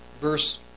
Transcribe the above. Verse